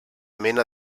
mena